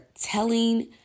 telling